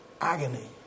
agony